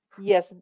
Yes